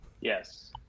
Yes